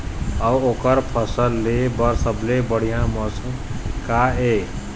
अऊ ओकर फसल लेय के सबसे बढ़िया मौसम का ये?